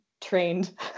trained